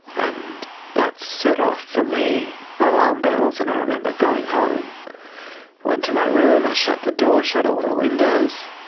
and that set off for me alarm bells and i remember going home, i went to my room, i shut the door, shut all the windows,